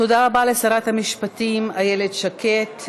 תודה רבה לשרת המשפטים איילת שקד.